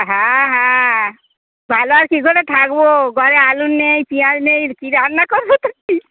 হ্যাঁ হ্যাঁ ভালো আর কি করে থাকবো ঘরে আলু নেই পিঁয়াজ নেই কী রান্না করবোটা কি